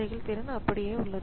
செயல்திறன் அப்படியே உள்ளது